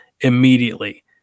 immediately